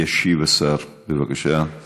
ישיב השר אקוניס,